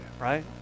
right